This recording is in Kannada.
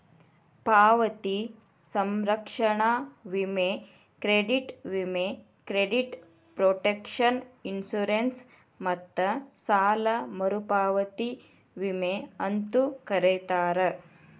ಪಾವತಿ ಸಂರಕ್ಷಣಾ ವಿಮೆ ಕ್ರೆಡಿಟ್ ವಿಮೆ ಕ್ರೆಡಿಟ್ ಪ್ರೊಟೆಕ್ಷನ್ ಇನ್ಶೂರೆನ್ಸ್ ಮತ್ತ ಸಾಲ ಮರುಪಾವತಿ ವಿಮೆ ಅಂತೂ ಕರೇತಾರ